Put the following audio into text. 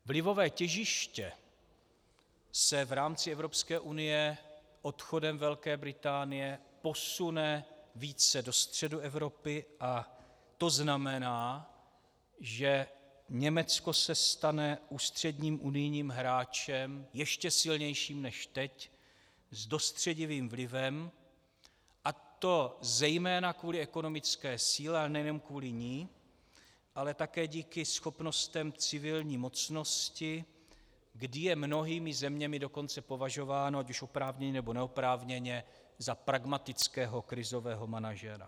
Vlivové těžiště se v rámci Evropské unie odchodem Velké Británie posune více do středu Evropy a to znamená, že Německo se stane ústředním unijním hráčem, ještě silnějším než teď, s dostředivým vlivem, a to zejména kvůli ekonomické síle, a nejenom kvůli ní, ale také díky schopnostem civilní mocnosti, kdy je mnohými zeměmi dokonce považováno, ať oprávněně, nebo neoprávněně, za pragmatického krizového manažera.